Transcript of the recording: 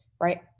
right